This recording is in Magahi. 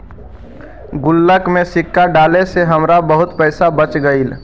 गुल्लक में सिक्का डाले से हमरा बहुत पइसा बच गेले